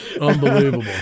Unbelievable